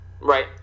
right